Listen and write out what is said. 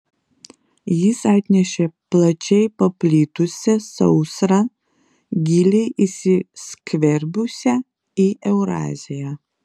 jis atnešė plačiai paplitusią sausrą giliai įsiskverbusią į euraziją